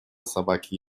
собаке